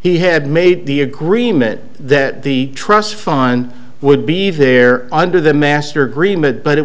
he had made the agreement that the trust fund would be there under the master agreement but it